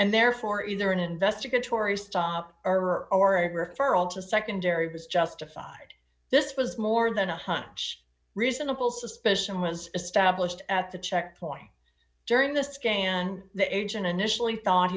and therefore either an investigatory stop or or a referral to secondary was justified this was more than a hunch reasonable suspicion was established at the checkpoint during this game and the agent initially thought